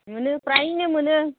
मोनो फ्रायनो मोनो